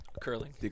Curling